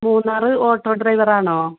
Munnar auto ഡ്രൈവറാണോ